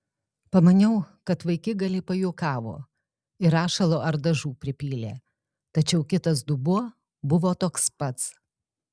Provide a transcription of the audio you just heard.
pamaniau kad vaikigaliai pajuokavo ir rašalo ar dažų pripylė tačiau kitas dubuo buvo toks pats